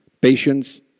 patience